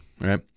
Right